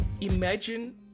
imagine